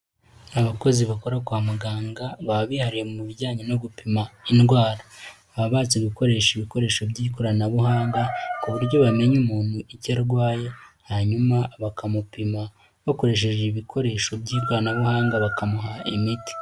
Abakozi bakora kwa muganga baba bihariye mu bijyanye no gupima indwara, baba bazi gukoresha ibikoresho by'ikoranabuhanga ku buryo bamenya umuntu icyo arwaye hanyuma bakamupima bakoresheje ibikoresho by'ikoranabuhanga bakamuha imiti.